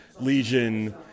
Legion